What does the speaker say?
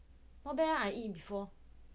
not bad ah I eat before